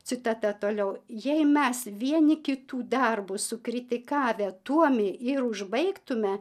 citata toliau jei mes vieni kitų darbus sukritikavę tuomi ir užbaigtume